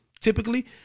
Typically